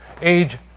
age